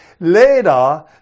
Later